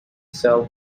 sell